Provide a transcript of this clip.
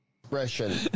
...expression